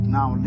Now